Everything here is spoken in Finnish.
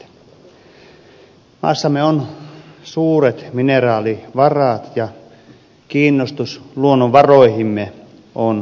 maassamme on suuret mineraalivarat ja kiinnostus luonnonvaroihimme on kasvanut